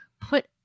put